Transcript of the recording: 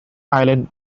island